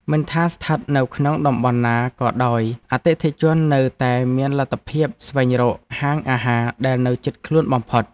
មិនថាស្ថិតនៅក្នុងតំបន់ណាក៏ដោយអតិថិជននៅតែមានលទ្ធភាពស្វែងរកហាងអាហារដែលនៅជិតខ្លួនបំផុត។